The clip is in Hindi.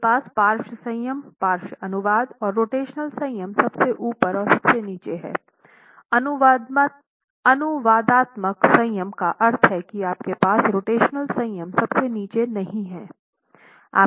आपके पास पार्श्व संयम पार्श्व अनुवाद और रोटेशनल संयम सबसे ऊपर और सबसे नीचे हैं अनुवादात्मक संयम का अर्थ है कि आपके पास रोटेशनल संयम सबसे नीचे नहीं है